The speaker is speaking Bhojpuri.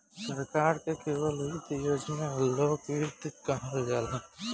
सरकार के करल वित्त योजना लोक वित्त कहल जाला